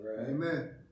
Amen